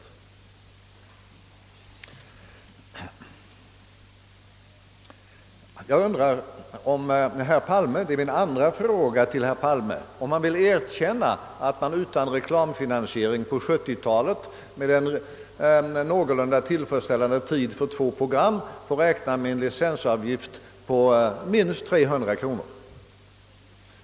Min andra fråga till herr Palme blir, om han vill erkänna att man på 1970 talet utan reklamfinansiering och med två program och en någorlunda tillfredsställande programtid får räkna med en licensavgift på minst 300 kronor.